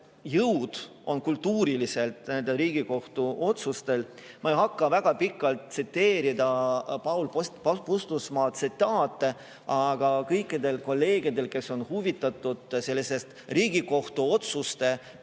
on kultuuriliselt nendel Riigikohtu otsustel. Ma ei hakka väga pikalt [peatuma] Paul Puustusmaa tsitaatidel, aga kõikidel kolleegidel, kes on huvitatud sellistest Riigikohtu otsuste